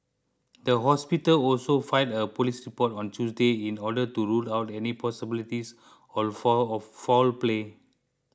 the hospital also filed a police report on Tuesday in order to rule out any possibility of foul of foul play